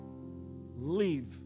leave